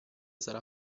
sarà